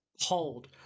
hold